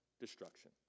destruction